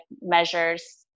measures